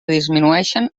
disminueixen